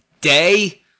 day